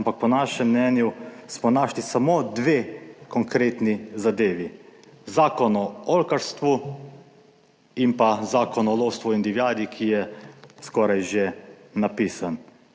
ampak po našem mnenju smo našli samo dve konkretni zadevi: Zakon o oljkarstvu in pa zakon o lovstvu in divjadi, ki je skoraj že napisan.